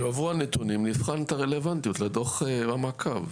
יבואו הנתונים, נבחן את הרלוונטיות לדוח המעקב.